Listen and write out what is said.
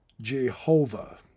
Jehovah